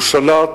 הוא שלט